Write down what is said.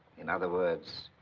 in other words,